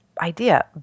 idea